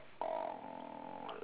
uh